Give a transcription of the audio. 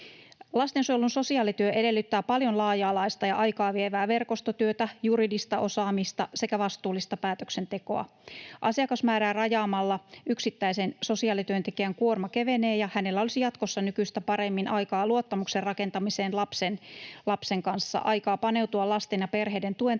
Lastensuojelun sosiaalityö edellyttää paljon laaja-alaista ja aikaa vievää verkostotyötä, juridista osaamista sekä vastuullista päätöksentekoa. Asiakasmäärää rajaamalla yksittäisen sosiaalityöntekijän kuorma kevenee, ja hänellä olisi jatkossa nykyistä paremmin aikaa luottamuksen rakentamiseen lapsen kanssa, aikaa paneutua lasten ja perheiden tuen tarpeisiin